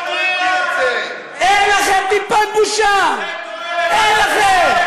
אין לכם טיפת בושה, אין לכם.